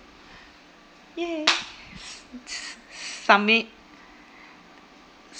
!yay! s~ s~ submit